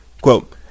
quote